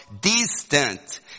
distant